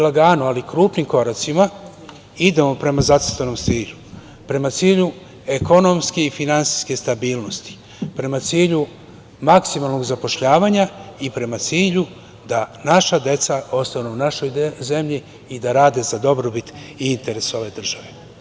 Lagano, ali krupnim koracima idemo prema zacrtanom cilju, prema cilju ekonomske i finansijske stabilnosti, prema cilju maksimalnog zapošljavanja i prema cilju da naša deca ostanu u našoj zemlji i da rade za dobrobit i interes ove države.